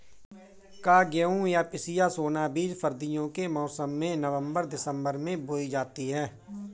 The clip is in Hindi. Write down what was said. क्या गेहूँ या पिसिया सोना बीज सर्दियों के मौसम में नवम्बर दिसम्बर में बोई जाती है?